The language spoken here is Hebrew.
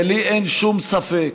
ולי אין שום ספק